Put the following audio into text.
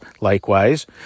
Likewise